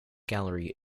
gallery